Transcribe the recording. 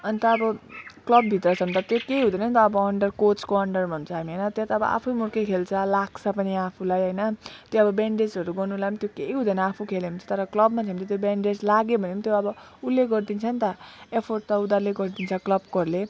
अन्त अब क्लबभित्र छ भने त त्यो केही हुँदैन नि त अब अन्डर कोचको अन्डरमा हुन्छ हामी होइन त्यहाँ त अब आफैँ मूर्खे खेल्छ लाग्छ पनि आफूँलाई होइन त्यो अब बेन्डेजहरू गर्नुलाई त्यो केही हुँदैन आफूँ खेल्यो भने चाहिँ तर क्लबमा छ भने चाहिँ त्यो बेन्डेज लाग्यो भने त्यो अब उसले गरिदिन्छ नि त अफोर्ड त उनीहरूले गरिदिन्छ क्लबकोहरूले